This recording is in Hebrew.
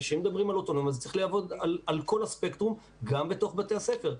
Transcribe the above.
כשמדברים על אוטונומיה צריך לעבוד על כל הספקטרום גם בתוך בתי הספר.